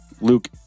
Luke